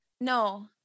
No